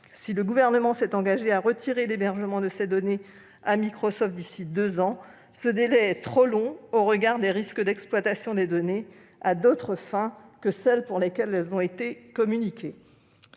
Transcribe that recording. Si le Gouvernement s'est engagé à retirer l'hébergement de ces données à Microsoft d'ici à deux ans, ce délai est trop long au regard des risques d'exploitation des données à d'autres fins que celles pour lesquelles elles ont été communiquées.